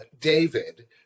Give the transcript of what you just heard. David